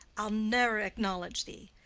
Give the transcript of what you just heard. i'll ne'er acknowledge thee,